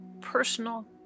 personal